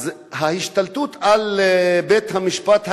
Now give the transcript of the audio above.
אז ההשתלטות על בית-המשפט העליון,